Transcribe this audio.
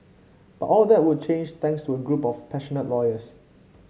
but all that would change thanks to a group of passionate lawyers